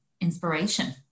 inspiration